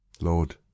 Lord